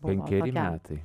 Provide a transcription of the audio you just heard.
penkeri metai